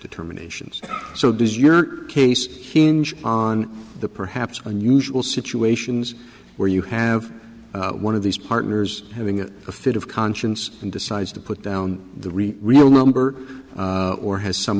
determinations so does your case hinge on the perhaps unusual situations where you have one of these partners having a fit of conscience and decides to put down the real real number or has some